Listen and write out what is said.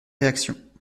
réactions